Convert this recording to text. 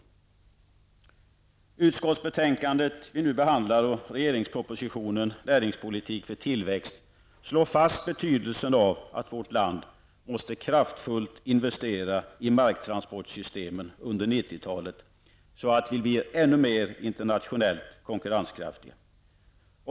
Det utskottsbetänkande vi nu behandlar och regeringspropositionen ''Näringspolitik för tillväxt'' slår fast betydelsen av att vårt land kraftfullt måste investera i marktransportsystemen under 90-talet, så att vi blir ännu mer internationellt konkurrenskraftiga.